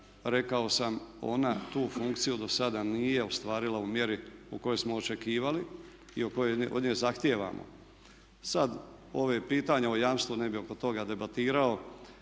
Rekao sam ona tu funkciju do sada nije ostvarila u mjeri u kojoj smo očekivali i koju od nje zahtijevamo. Sad ovo pitanje o jamstvu ne bih oko toga debatirao,